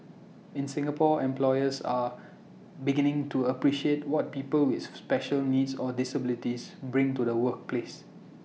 in Singapore employers are beginning to appreciate what people with special needs or disabilities bring to the workplace